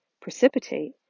precipitate